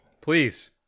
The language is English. Please